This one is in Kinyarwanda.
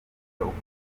ukomoka